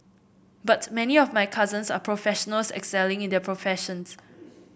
but many of my cousins are professionals excelling in their professions